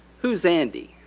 who's andy?